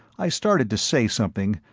i started to say something,